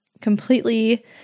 completely